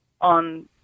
on